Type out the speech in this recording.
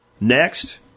Next